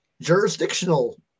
Jurisdictional